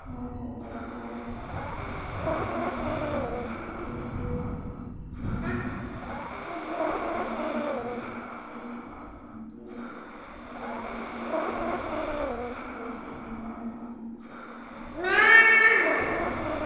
F B H এ আদি আদি দৰং জিলাৰ স্ৱাস্থ্য সেৱা